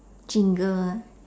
jingle ah